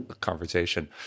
conversation